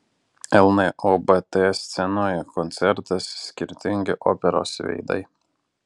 lnobt scenoje koncertas skirtingi operos veidai